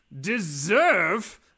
Deserve